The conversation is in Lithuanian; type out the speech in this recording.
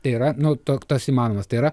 tai yra nu to tas įmanomas tai yra